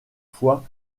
fois